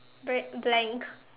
bread blank